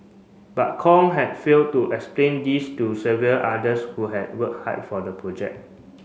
but Kong had failed to explain this to several others who had worked hard for the project